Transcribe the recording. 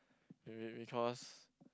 be be because